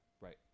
Right